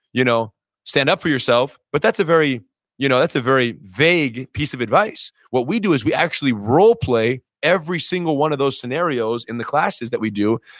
you know stand up for yourself but that's a very you know very vague piece of advice. what we do is we actually role play every single one of those scenarios in the classes that we do.